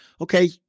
okay